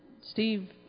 Steve